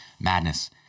madness